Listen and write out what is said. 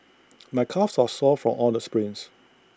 my calves are sore from all the sprints